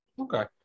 Okay